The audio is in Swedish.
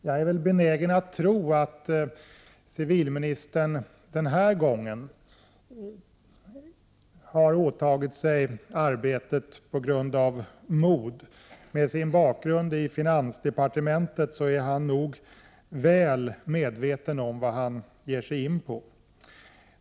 Jag är benägen att tro att den civilminister vi nu har fått har åtagit sig arbetet på grund av mod. Med sin bakgrund i finansdepartementet är han nog väl medveten om vad han ger sig in på.